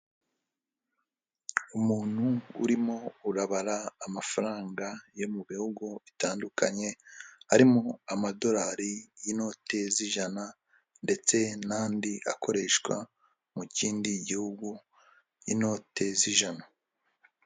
Umuntu urimo urabara amafaranga yo mu bihugu bitandukanye, arimo amadolari y'inote z'ijana ndetse n'andi akoreshwa mu kindi gihugu inote z'ijana.